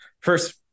first